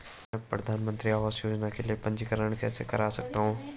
मैं प्रधानमंत्री आवास योजना के लिए पंजीकरण कैसे कर सकता हूं?